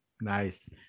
Nice